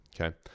Okay